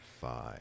five